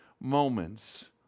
Moments